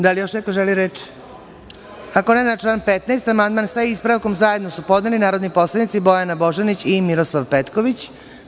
Da li još neko želi reč? (Ne.) Na član 15. amandman, sa ispravkom, su zajedno podneli narodni poslanici Bojana Božanić i Miroslav Petković.